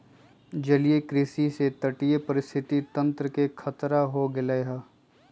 जलीय कृषि से तटीय पारिस्थितिक तंत्र के खतरा हो गैले है